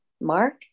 Mark